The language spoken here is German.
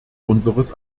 unseres